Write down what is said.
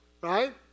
right